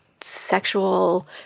sexual